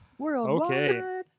okay